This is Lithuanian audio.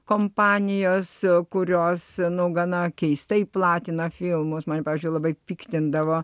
kompanijos kurios nuo gana keistai platina filmus man pavyzdžiui labai piktindavo